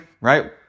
right